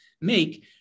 make